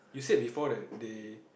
you said before that they